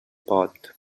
pot